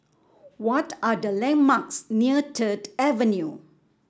what are the landmarks near Third Avenue